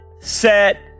set